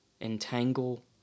entangle